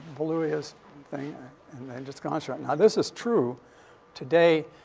glorious thing and just construct. now, this is true today.